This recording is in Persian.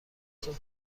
صبح